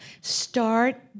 Start